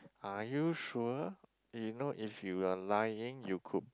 are you sure you know if you are lying you could